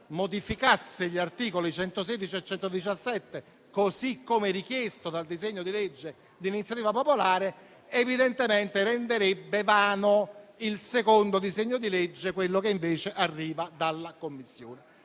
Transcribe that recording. modificasse gli articoli 116 e 117 così come richiesto dal disegno di legge di iniziativa popolare, evidentemente renderebbe vano il secondo disegno di legge, quello che invece arriva dalla Commissione.